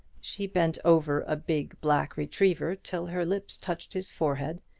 she bent over a big black retriever till her lips touched his forehead,